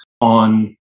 on